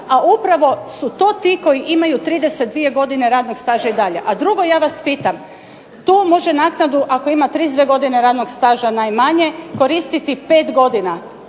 a upravo su to ti koji imaju 32 godina radnog staža i dalje. A drugo, ja vas pitam, to može naknadu ako ima 32 godine radnog staža najmanje koristiti 5 godina.